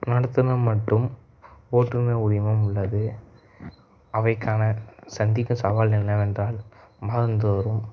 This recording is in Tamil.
நடத்துனர் மற்றும் ஓட்டுநர் உரிமம் உள்ளது அவைக்கான சந்திக்க சவால் என்னவென்றால் மாதந்தோறும்